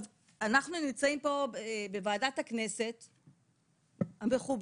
אנחנו נמצאים פה בוועדת הכנסת המכובדת.